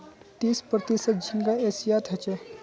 तीस प्रतिशत झींगा एशियात ह छे